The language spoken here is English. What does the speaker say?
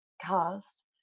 cast